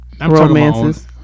romances